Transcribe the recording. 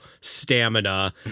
stamina